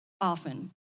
often